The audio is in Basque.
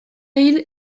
hil